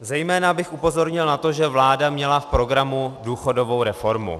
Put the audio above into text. Zejména bych upozornil na to, že vláda měla v programu důchodovou reformu.